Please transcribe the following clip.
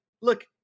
look